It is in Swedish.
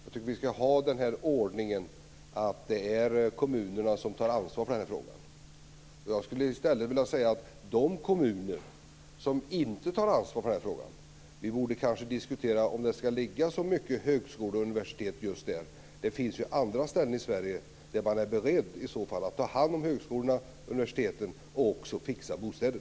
Jag tycker att vi ska ha den här ordningen att det är kommunerna som tar ansvar för den frågan. Jag skulle i stället vilja säga att vi kanske borde diskutera om det ska ligga så många högskolor och universitet i de kommuner som inte tar ansvar för den här frågan. Det finns ju andra ställen i Sverige där man är beredd att ta hand om högskolorna och universiteten och fixa bostäder.